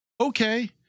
Okay